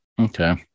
okay